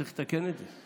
צריך לתקן את זה.